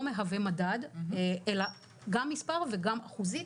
לא מהווה מדד אלא גם מספר וגם אחוזית,